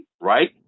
right